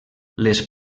les